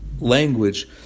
language